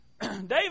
David